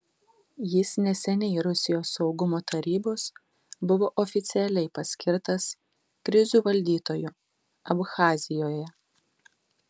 jis neseniai rusijos saugumo tarybos buvo oficialiai paskirtas krizių valdytoju abchazijoje